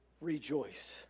rejoice